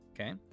Okay